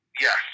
Yes